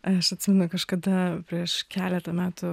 aš atsimenu kažkada prieš keletą metų